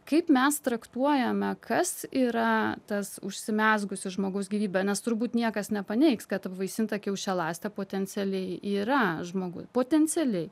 kaip mes traktuojame kas yra tas užsimezgusi žmogaus gyvybė nes turbūt niekas nepaneigs kad apvaisinta kiaušialąstė potencialiai yra žmoguj potencialiai